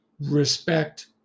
respect